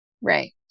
Right